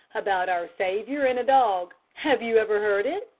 about our saviour and a dog. have you ever heard it?